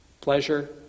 pleasure